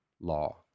law